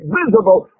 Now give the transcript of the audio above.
visible